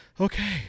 Okay